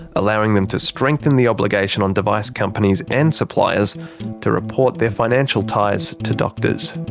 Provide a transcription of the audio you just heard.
allowing them to strengthen the obligation on device companies and suppliers to report their financial ties to doctors.